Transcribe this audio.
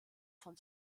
von